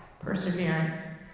Perseverance